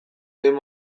behin